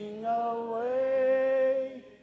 away